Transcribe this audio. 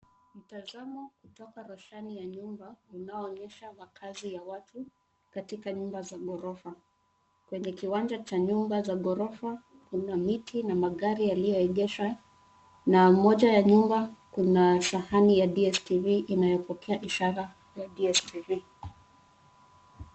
Mtazamo kutoka roshani ya nyumba unaoonyesha makazi ya watu katika nyumba za ghorofa, kwenye kiwanja cha nyumba za ghorofa kuna miti na magari yaliyoegeshwa, na moja ya nyumba kuna sahani ya DStv inayopokea ishara ya DStv.